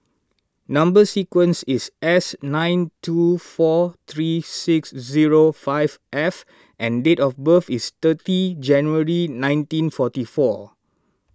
Number Sequence is S nine two four three six zero five F and date of birth is thirty January nineteen forty four